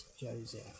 Joseph